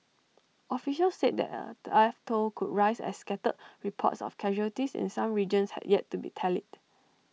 officials said the death toll could rise as scattered reports of casualties in some regions had yet to be tallied